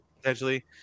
potentially